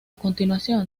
continuación